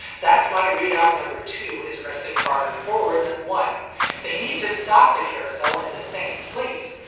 that's why readout number two is resting farther forward than one they need to stop the carousel in the same place,